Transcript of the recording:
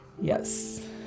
Yes